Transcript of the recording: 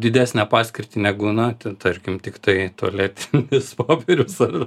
didesnę paskirtį negu na tarkim tiktai tualetinis popierius ar